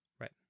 Right